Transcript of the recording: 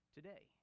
Today